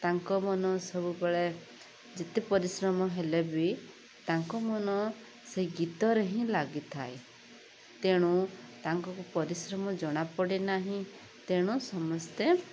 ତାଙ୍କ ମନ ସବୁବେଳେ ଯେତେ ପରିଶ୍ରମ ହେଲେ ବି ତାଙ୍କ ମନ ସେଇ ଗୀତରେ ହିଁ ଲାଗିଥାଏ ତେଣୁ ତାଙ୍କୁ ପରିଶ୍ରମ ଜଣା ପଡ଼େ ନାହିଁ ତେଣୁ ସମେସ୍ତେ